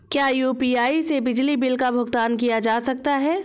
क्या यू.पी.आई से बिजली बिल का भुगतान किया जा सकता है?